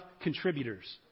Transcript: contributors